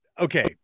Okay